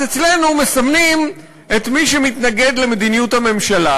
אז אצלנו מסמנים את מי שמתנגד למדיניות הממשלה,